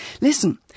Listen